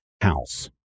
house